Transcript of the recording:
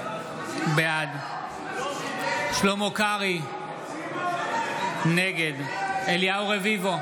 בעד שלמה קרעי, נגד אליהו רביבו,